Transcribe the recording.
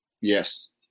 Yes